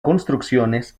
construcciones